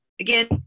again